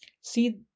See